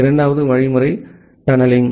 இரண்டாவது வழிமுறை தனனெலிங்